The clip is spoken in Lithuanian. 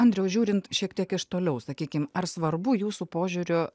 andriau žiūrint šiek tiek iš toliau sakykim ar svarbu jūsų požiūriu